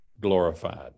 glorified